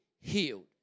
healed